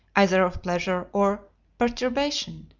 either of pleasure or perturbation,